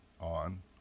on